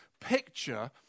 picture